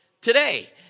today